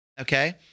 okay